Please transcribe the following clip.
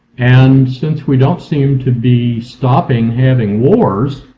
and since we don't seem to be stopping having wars,